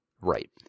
Right